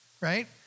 right